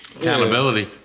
accountability